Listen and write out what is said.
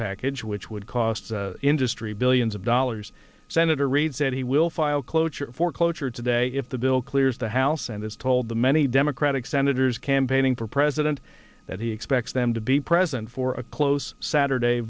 package which would cost industry billions of dollars senator reid said he will file cloture for cloture today if the bill clears the house and is told the many democratic senators campaigning for president that he expects them to be present for a close saturday